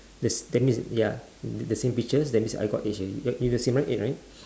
does that mean ya t~ the same pictures that means I got this already you got the same right eight right